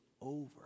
over